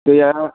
दैया